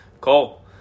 cole